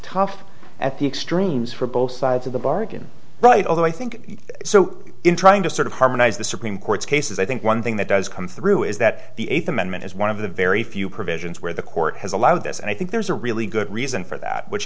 tough at the extremes for both sides of the bargain right although i think so in trying to sort of harmonize the supreme court's cases i think one thing that does come through is that the eighth amendment is one of the very few provisions where the court has allowed this and i think there's a really good reason for that which